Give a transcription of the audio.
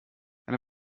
eine